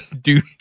dude